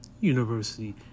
University